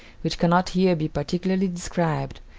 which can not here be particularly described,